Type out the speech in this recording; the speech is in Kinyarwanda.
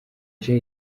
jay